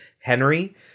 Henry